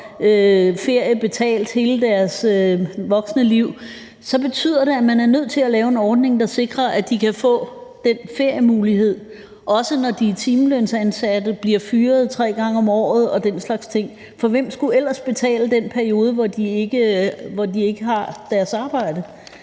ferie betalt hele deres voksne liv, betyder det, at man er nødt til at lave en ordning, der sikrer, at de kan få den feriemulighed, også når de er timelønansatte, bliver fyret tre gange om året og den slags ting. For hvem skulle ellers betale den periode, hvor de ikke har deres arbejde?